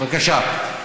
בבקשה.